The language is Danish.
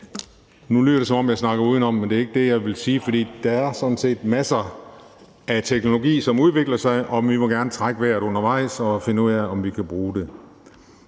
Nu lyder det, som om jeg snakker udenom, men det er ikke det, jeg ville sige. For der er sådan set masser af teknologi, som udvikler sig. Vi må gerne trække vejret undervejs og finde ud af, om vi kan bruge det.